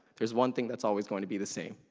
there is one thing that's always going to be the same.